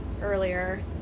earlier